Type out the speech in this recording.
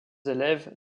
élèves